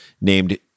named